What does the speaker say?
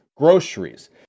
groceries